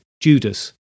Judas